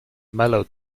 mellow